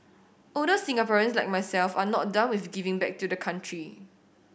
older Singaporeans like myself are not done with giving back to the country